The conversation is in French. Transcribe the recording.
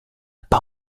pas